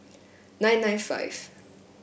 nine nine five